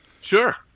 Sure